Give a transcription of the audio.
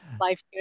life